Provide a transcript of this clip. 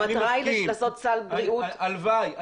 המטרה היא לעשות סל בריאות אני מסכים, הלוואי.